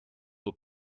nur